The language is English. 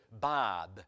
Bob